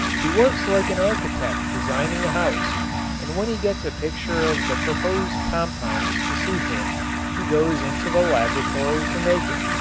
he works like an architect designing a house and when he gets a picture of the proposed compounds to suit him he goes into the laboratory to make it.